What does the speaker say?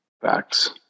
Facts